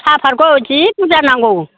साफादखौ जि बुरजा नांगौ